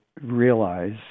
realize